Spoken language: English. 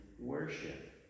worship